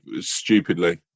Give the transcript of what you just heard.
stupidly